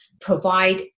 provide